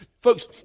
Folks